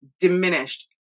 diminished